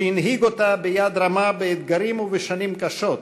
שהנהיג אותה ביד רמה באתגרים ובשנים קשות,